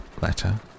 Letter